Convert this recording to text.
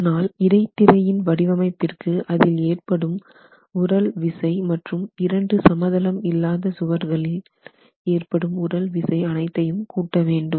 இதனால் இடைத்திரையின் வடிவமைப்பிற்கு அதில் ஏற்படும் உறழ் விசை மற்றும் இரண்டு சமதளம் இல்லாத சுவர்களில் வடக்கு மற்றும் தெற்கு ஏற்படும் உறழ் விசை அனைத்தையும் கூட்ட வேண்டும்